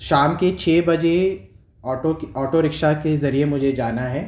شام کے چھ بجے آٹو آٹو رکشہ کے ذریعے مجھے جانا ہے